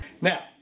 Now